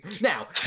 Now